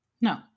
No